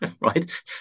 right